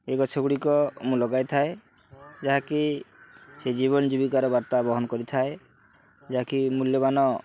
ଏ ଗଛ ଗୁଡ଼ିକ ମୁଁ ଲଗାଇଥାଏ ଯାହାକି ସେ ଜୀବନ ଜୀବିକାର ବାର୍ତ୍ତା ବହନ କରିଥାଏ ଯାହାକି ମୂଲ୍ୟବାନ